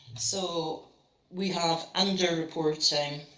so we have under-reporting.